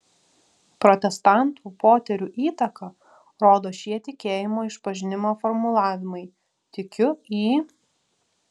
protestantų poterių įtaką rodo šie tikėjimo išpažinimo formulavimai tikiu į